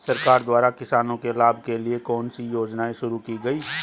सरकार द्वारा किसानों के लाभ के लिए कौन सी योजनाएँ शुरू की गईं?